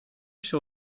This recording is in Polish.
się